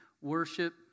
worship